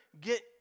get